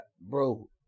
bro